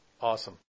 Awesome